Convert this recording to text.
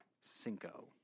Cinco